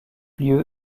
lieu